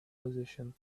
position